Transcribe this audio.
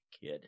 kid